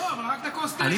לא, רק כוס תה.